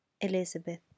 Elizabeth